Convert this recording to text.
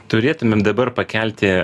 turėtumėm dabar pakelti